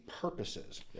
purposes